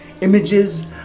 Images